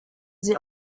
sie